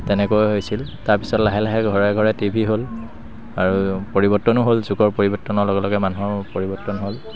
তেনেকৈ হৈছিল তাৰপিছত লাহে লাহে ঘৰে ঘৰে টি ভি হ'ল আৰু পৰিৱৰ্তনো হ'ল যুগৰ পৰিৱৰ্তনৰ লগে লগে মানুহৰ পৰিৱৰ্তন হ'ল